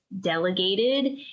Delegated